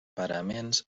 paraments